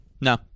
no